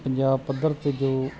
ਪੰਜਾਬ ਪੱਧਰ ਤੇ ਜੋ